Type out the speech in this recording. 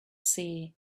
see